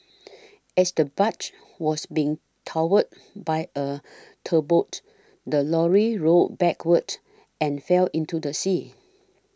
as the barge was being towed by a tugboat the lorry rolled backward and fell into the sea